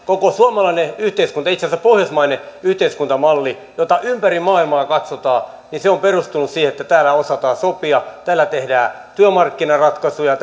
koko suomalainen yhteiskunta itse asiassa pohjoismainen yhteiskuntamalli jota ympäri maailmaa katsotaan on perustunut siihen että täällä osataan sopia täällä tehdään työmarkkinaratkaisuja